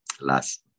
last